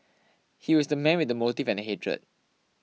he was the man with the motive and hatred